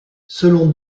selon